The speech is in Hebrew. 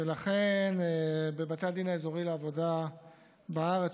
ולכן מבתי הדין האזוריים לעבודה בארץ